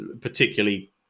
particularly